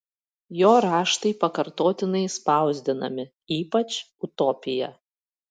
jo raštai pakartotinai spausdinami ypač utopija